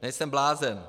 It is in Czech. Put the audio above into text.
Nejsem blázen!